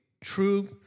true